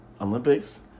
olympics